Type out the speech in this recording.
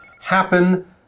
happen